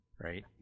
right